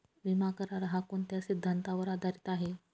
विमा करार, हा कोणत्या सिद्धांतावर आधारीत आहे?